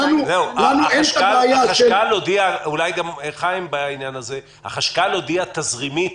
אולי גם חיים ביבס יודע: החשב הכללי הודיע תזרימית